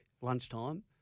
lunchtime